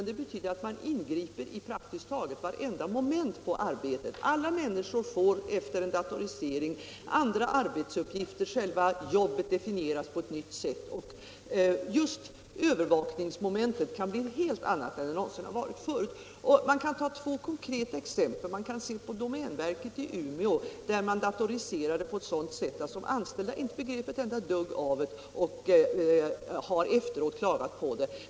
Det betyder att ingripa i praktiskt taget vartenda moment på arbetsplatsen. Alla människor får efter en datorisering andra arbetsuppgifter. Själva jobbet definieras på ett nytt sätt, övervak ningsmoment kan bli helt andra än förut osv. Jag kan ta två konkreta exempel. Det ena är lantbruksnämnden i Umeå där man datoriserade på ett sådant sätt att de anställda inte begrep ett dugg av vad som hände och efteråt klagade.